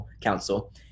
Council